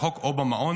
מרחוק או במעון.